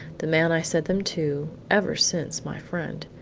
the man i said them to, ever since my friend!